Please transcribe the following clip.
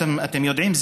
אתם יודעים,